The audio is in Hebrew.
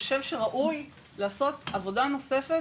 וחושב שראוי לעשות עבודה נוספת